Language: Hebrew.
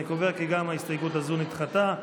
אני קובע כי גם ההסתייגות הזו נדחתה.